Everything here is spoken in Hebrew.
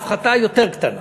ההפחתה יותר קטנה.